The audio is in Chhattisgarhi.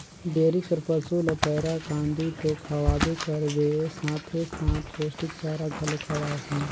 डेयरी कर पसू ल पैरा, कांदी तो खवाबे करबे साथे साथ पोस्टिक चारा घलो खवाथे